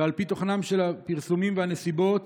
ועל פי תוכנם של הפרסומים והנסיבות